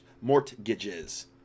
mortgages